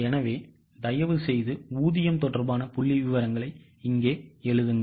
எனவே தயவுசெய்து ஊதியம் தொடர்பான புள்ளிவிவரங்களை இங்கே எழுதுங்கள்